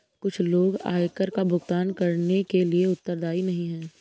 कुछ लोग आयकर का भुगतान करने के लिए उत्तरदायी नहीं हैं